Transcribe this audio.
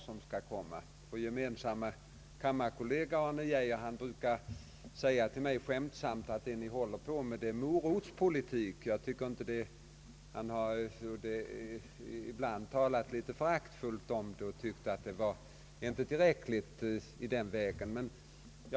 Vår gemensamme kammarkollega Arne Geijer brukar skämtsamt säga till mig: »Det ni håller på med är morotspolitik.» Han har ibland talat en smula föraktfullt om vår politik på det här området och tyckt att vi inte gjort tillräckligt.